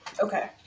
Okay